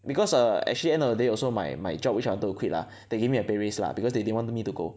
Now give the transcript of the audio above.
because err actually end of the day also my my job which I wanted to quit lah they gave me a pay raise lah because they didn't want me to go